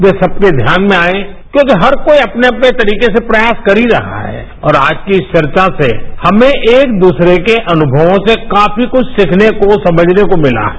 वे सबके ध्यान में आए क्योंकि हर कोई अपने अपने तरीके से प्रयासकर ही रहा है और आज की इस चर्चा से हमें एक दूसरे के अनुमवों से काफी कुछ सीखने समझने को मिला है